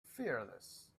fearless